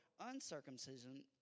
uncircumcision